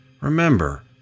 remember